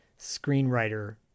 screenwriter